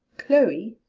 chloe.